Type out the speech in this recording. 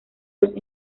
los